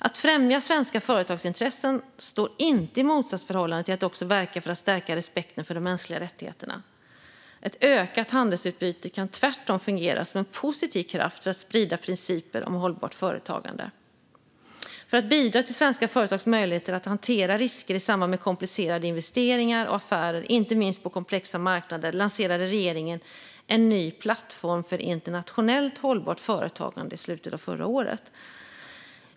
Att främja svenska företagsintressen står inte i motsatsförhållande till att också verka för att stärka respekten för de mänskliga rättigheterna. Ett ökat handelsutbyte kan tvärtom fungera som en positiv kraft för att sprida principer om hållbart företagande. För att bidra till svenska företags möjligheter att hantera risker i samband med komplicerade investeringar och affärer, inte minst på komplexa marknader, lanserade regeringen en ny plattform för internationellt hållbart företagande i slutet av förra året.